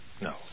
No